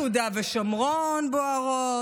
יהודה ושומרון בוערות,